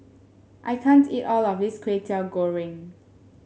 I can't eat all of this Kway Teow Goreng